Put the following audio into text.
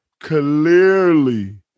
Clearly